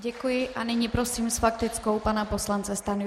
Děkuji a nyní prosím s faktickou pana poslance Stanjuru.